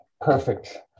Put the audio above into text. perfect